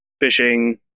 fishing